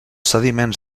sediments